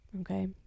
Okay